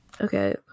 Okay